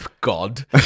god